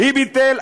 מי ביטל?